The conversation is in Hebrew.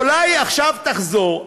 אולי עכשיו תחזור,